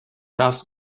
раз